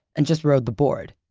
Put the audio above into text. and just road the board.